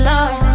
Lord